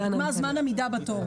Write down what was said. למשל לגבי זמן עמידה בתור.